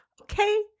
Okay